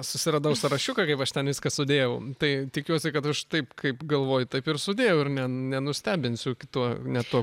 susiradau sąrašiuką kaip aš ten viską sudėjau tai tikiuosi kad aš taip kaip galvoj taip ir sudėjau ir ne nenustebinsiu kitu ne tuo